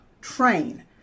train